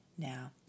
Now